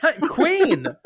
queen